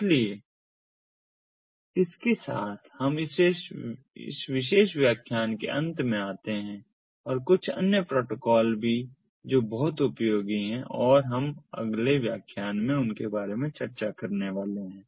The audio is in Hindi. इसलिए इसके साथ हम इस विशेष व्याख्यान के अंत में आते हैं और कुछ अन्य प्रोटोकॉल भी हैं जो बहुत उपयोगी हैं और हम अगले व्याख्यान में उनके बारे में चर्चा करने वाले हैं